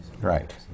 Right